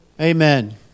Amen